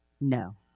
No